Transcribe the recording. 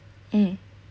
mm